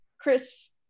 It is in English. Chris